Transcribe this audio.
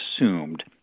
assumed